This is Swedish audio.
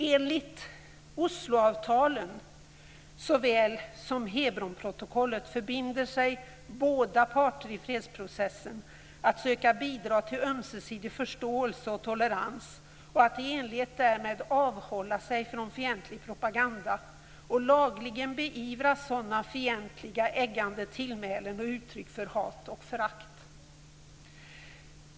Enligt Osloavtalen såväl som Hebronprotokollet, förbinder sig båda parter i fredsprocessen att söka bidra till ömsesidig förståelse och tolerans och i enlighet därmed avhålla sig från fientlig propaganda och lagligen beivra fientliga, eggande tillmälen och uttryck för hat och förakt.